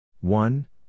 one